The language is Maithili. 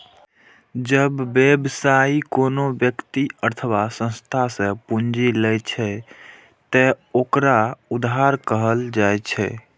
जब व्यवसायी कोनो व्यक्ति अथवा संस्था सं पूंजी लै छै, ते ओकरा उधार कहल जाइ छै